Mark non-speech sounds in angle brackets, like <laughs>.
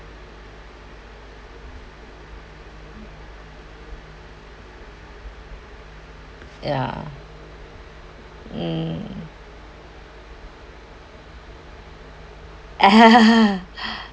ya mm <laughs>